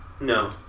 No